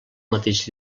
mateix